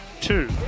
two